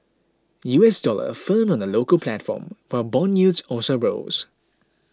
U S dollar firmed on the local platform while bond yields also rose